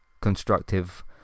constructive